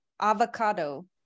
avocado